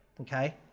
okay